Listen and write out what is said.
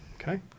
Okay